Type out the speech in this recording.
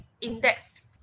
indexed